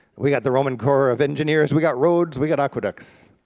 we got the roman corps of engineers, we got roads, we got aqueducts,